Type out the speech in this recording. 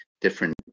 different